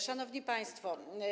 Szanowni Państwo!